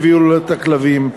מביאים לו את הכלבים.